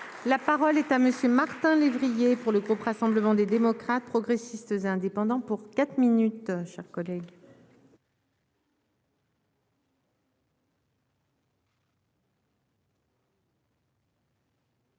la parole est à monsieur Martin lévrier. Pour le groupe Rassemblement des démocrates progressistes indépendants pour 4 minutes chers collègues.